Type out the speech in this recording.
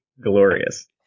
Glorious